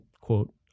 quote